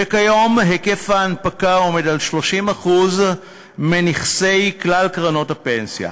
וכיום היקף ההנפקה עומד על 30% מנכסי כלל קרנות הפנסיה.